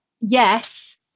yes